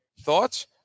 Thoughts